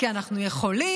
כי אנחנו יכולים,